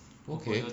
okay